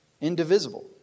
Indivisible